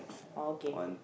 oh okay